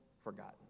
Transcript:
forgotten